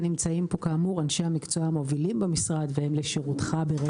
נמצאים פה כאמור אנשי המקצוע המובילים במשרד והם לשירותך ברצון.